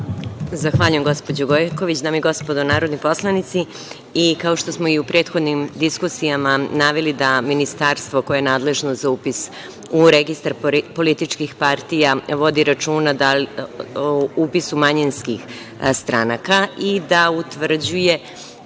Zahvaljujem, gospođo Gojković. Dame i gospodo narodni poslanici, kao što smo i u prethodnim diskusijama naveli da ministarstvo koje je nadležno za upis u Registar političkih partija vodi računa o upisu manjinskih stranaka i da utvrđuje